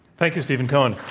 thank you, stephen cohen.